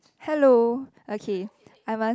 hello okay I must